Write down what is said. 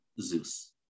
Zeus